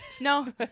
no